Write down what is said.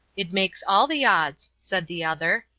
it makes all the odds, said the other.